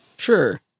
Sure